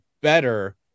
better